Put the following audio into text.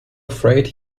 afraid